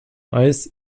eis